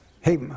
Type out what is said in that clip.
hey